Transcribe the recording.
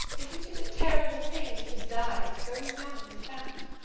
isn't it a terrible thing to die so young as that?